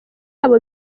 abo